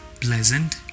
pleasant